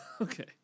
Okay